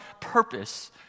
purpose